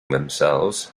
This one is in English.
themselves